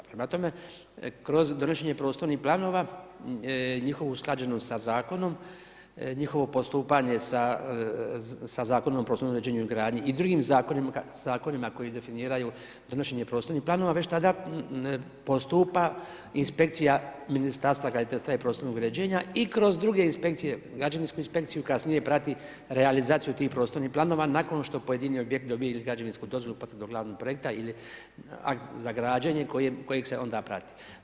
Prema tome, kroz donošenje prostornih planova njihovu usklađenost sa zakonom, njihovo postupanje sa Zakonom o prostornom uređenju i drugim zakonima koji definiraju donošenje prostornih planova već tada postupa inspekcija Ministarstva graditeljstva i prostornog uređenja i kroz druge inspekcije, građevinsku inspekciju, kasnije prati realizaciju tih prostornih planova nakon što pojedini objekt dobije ili građevinski dozvolu, potvrdu glavnog projekta ili akt za građenje kojeg se onda prati.